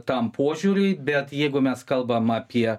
tam požiūriui bet jeigu mes kalbam apie